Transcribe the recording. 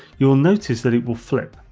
you will notice that it will flip,